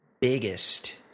biggest